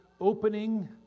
opening